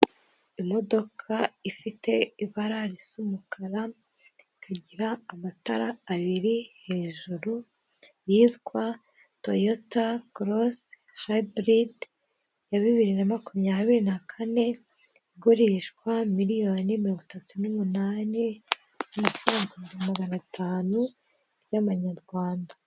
Imodoka ifite ibara risa umukara, ikagira amatara abiri hejuru yitwa Toyota Cross Hybrid ya bibiri na makumyabiri na kane, igurishwa miliyoni mirongo itatu n'umunani n'ibihumbi magana atanu y'amanyarwanda.